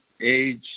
age